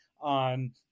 on